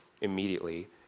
immediately